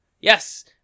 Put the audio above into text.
Yes